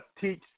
teach